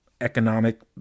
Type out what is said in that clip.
economic